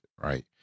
Right